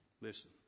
Listen